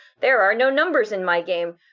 there-are-no-numbers-in-my-game